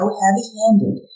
heavy-handed